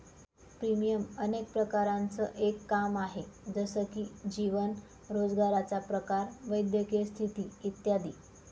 premium अनेक प्रकारांचं एक काम आहे, जसे की जीवन, रोजगाराचा प्रकार, वैद्यकीय स्थिती इत्यादी